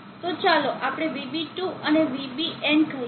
તો ચાલો આપણે VB2 અને VBn કહીએ